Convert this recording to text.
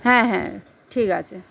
হ্যাঁ হ্যাঁ ঠিক আছে